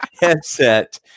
Headset